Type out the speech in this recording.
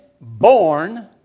born